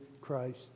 Christ